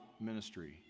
ministry